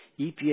EPA